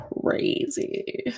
crazy